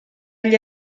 gli